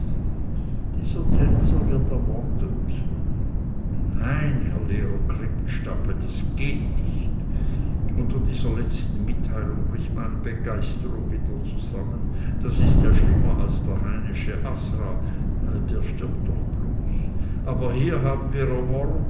dieser tänzer wird ermordet nein herr lehrer krippenstapel das geht nicht unter dieser letzten mitteilung bricht meine begeisterung wieder zusammen das ist ja schlimmer als der heinesche asra der stirbt doch bloß aber hier haben wir